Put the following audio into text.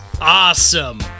awesome